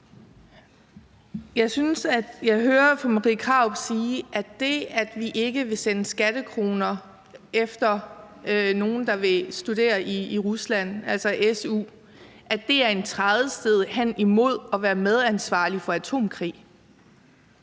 jeg hører fru Marie Krarup sige, at det, at vi ikke vil sende skattekroner efter nogle, der vil studere i Rusland, altså su, er en trædesten hen imod at være medansvarlig for atomkrig.